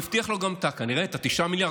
שהבטיח לו גם כנראה את ה-9 מיליארד,